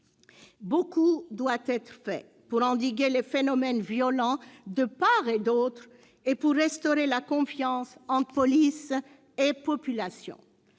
Beaucoup doit être fait pour endiguer les phénomènes violents de part et d'autre ainsi que pour restaurer la confiance entre police et population.